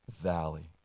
Valley